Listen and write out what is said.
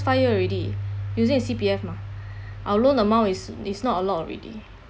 five year already using the C_P_F mah our loan amount is is not a lot already